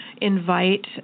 invite